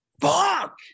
Fuck